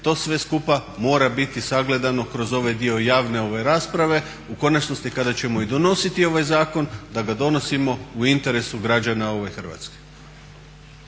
To sve skupa mora biti sagledano kroz ovaj dio javne rasprave. U konačnosti kada ćemo i donositi ovaj zakon da ga donosimo u interesu građana ove Hrvatske.